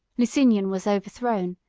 lusignan was overthrown,